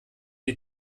die